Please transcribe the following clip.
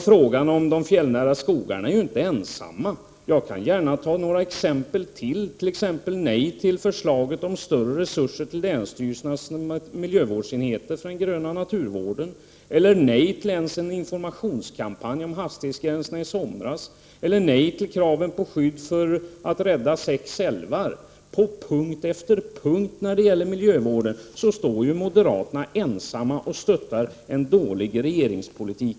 Frågan om de fjällnära skogarna är inte det enda exemplet, utan jag kan gärna nämna fler exempel: nej till förslaget om större resurser till länsstyrelsernas miljövårdsenheter för den gröna naturvården, nej till en informationskampanj om hastighetsgränserna i somras, nej till kraven på skydd för att rädda sex älvar. På punkt efter punkt när det gäller miljövården står moderaterna ensamma och stöttar en dålig regeringspolitik.